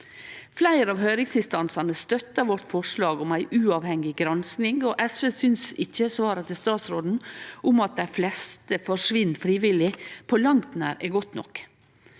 Fleire av høyringsinstansane støttar vårt forslag om ei uavhengig gransking, og SV synest ikkje svaret til statsråden om at dei fleste forsvinn frivillig, er godt nok